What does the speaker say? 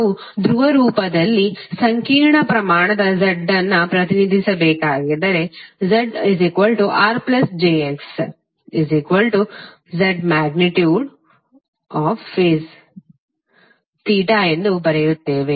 ನಾವು ಧ್ರುವ ರೂಪದಲ್ಲಿ ಸಂಕೀರ್ಣ ಪ್ರಮಾಣದ Z ಅನ್ನು ಪ್ರತಿನಿಧಿಸಬೇಕಾದರೆ Z R jX Z∠θ ಎಂದು ಬರೆಯುತ್ತೇವೆ